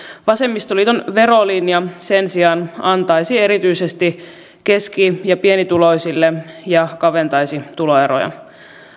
vasemmistoliiton verolinja sen sijaan antaisi erityisesti keski ja pienituloisille ja kaventaisi tuloeroja